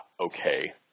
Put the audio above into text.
okay